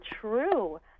true